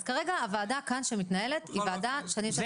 אז כרגע הוועדה כאן שמתנהלת היא וועדה שאני יושבת בראשה.